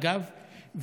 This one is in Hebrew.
אגב,